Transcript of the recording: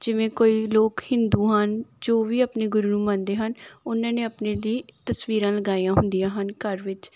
ਜਿਵੇਂ ਕੋਈ ਲੋਕ ਹਿੰਦੂ ਹਨ ਜੋ ਵੀ ਆਪਣੇ ਗੁਰੂ ਨੂੰ ਮੰਨਦੇ ਹਨ ਉਹਨਾਂ ਨੇ ਆਪਣੇ ਦੀ ਤਸਵੀਰਾਂ ਲਗਾਈਆਂ ਹੁੰਦੀਆਂ ਹਨ ਘਰ ਵਿੱਚ